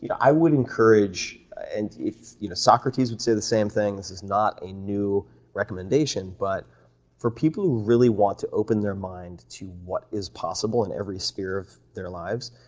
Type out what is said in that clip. you know i would encourage and you know socrates would say the same thing. this is not a new recommendation, but for people who really want to open their mind to what is possible in every sphere of their lives,